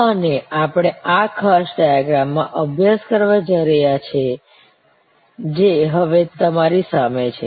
અને આપણે આ ખાસ ડાઈગ્રમ માં અભ્યાસ કરવા જઈ રહ્યા છીએ જે હવે તમારી સામે છે